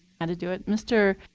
and to do it. mr.